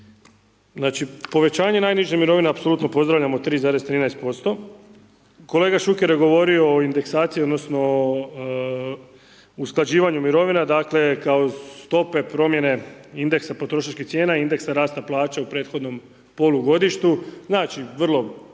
Znači povećanje najniže mirovine apsolutno pozdravljamo 3,13%, kolega Šuker je govorio o indeksaciji odnosno usklađivanju mirovina dakle kao stope promjene indeksa potrošačkih cijena i indeksa rasta plaća u prethodnom polugodištu, znači vrlo